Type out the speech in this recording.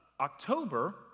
October